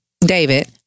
David